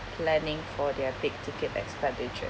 planning for their big ticket expenditure